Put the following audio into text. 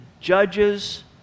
judges